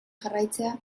jarraitzea